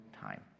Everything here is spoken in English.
time